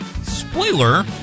Spoiler